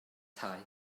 taith